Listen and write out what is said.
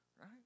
Right